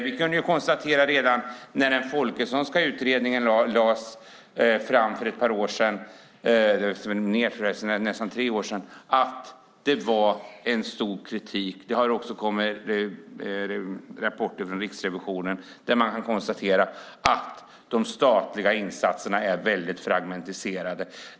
Vi kunde konstatera redan när den Folkessonska utredningen lades fram för nästan tre år sedan att det var en stor kritik. Det har också kommit rapporter från Riksrevisionen där man kan konstatera att de statliga insatserna är väldigt fragmentiserade.